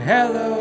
Hello